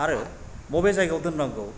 आरो मबे जायगायाव दोननांगौ